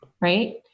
right